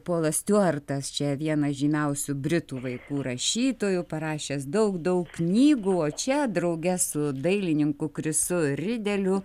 polas stiuartas čia vienas žymiausių britų vaikų rašytojų parašęs daug daug knygų o čia drauge su dailininku krisu rideliu